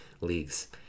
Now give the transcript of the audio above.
leagues